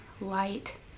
light